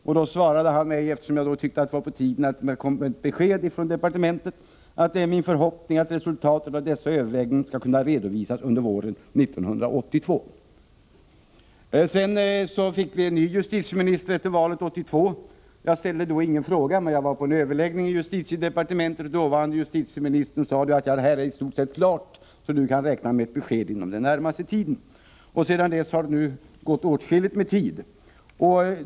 Jag tyckte då att det var på tiden att det kom ett besked från departementet, och justitieministern svarade mig: Det är min förhoppning att resultatet av dessa överläggningar skall kunna redovisas under våren 1982. Efter valet 1982 fick vi en ny justitieminister. Jag ställde då ingen fråga, men jag var på en överläggning i justitiedepartementet, och dåvarande justitieministern sade: Detta är i stort sett klart, så du kan räkna med ett besked inom den närmaste tiden. — Sedan dess har det gått åtskilligt med tid.